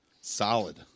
solid